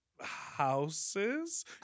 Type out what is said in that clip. houses